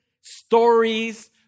stories